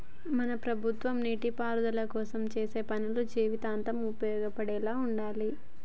మన ప్రభుత్వం నీటిపారుదల కోసం చేసే పనులు జీవితాంతం ఉపయోగపడేలా ఉండాలి